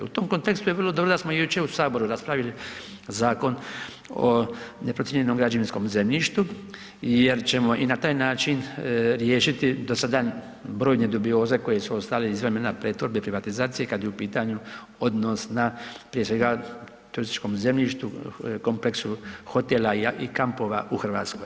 U tom kontekstu vrlo dobro je da smo jučer u Saboru raspravili Zakon o neprocijenjenom građevinskom zemljištu jer ćemo i na taj način riješiti do sada brojne dubioze koje su ostale iz vremena pretvorbe i privatizacije kada je u pitanju odnos na prije svega turističkom zemljištu, kompleksu hotela i kampova u Hrvatskoj.